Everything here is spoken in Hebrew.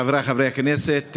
חבריי חברי הכנסת,